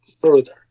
further